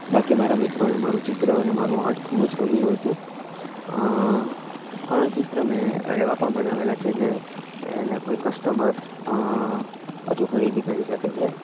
બાકી મારા મિત્રોને મારું ચિત્ર અને મારું આર્ટ ખૂબ જ ગમ્યું હતું ઘણાં ચિત્ર મેં એવાં પણ બનાવેલાં છે જે એને કોઈ કસ્ટમર પાછું ખરીદી કરી શકે છે